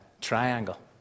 triangle